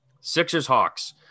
Sixers-Hawks